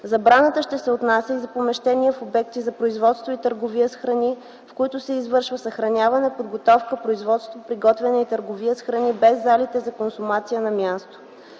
Забраната ще се отнася и за помещения в обекти за производство и търговия с храни, в които се извършва съхраняване, подготовка, производство, приготвяне и търговия с храни, без залите за консумация на място.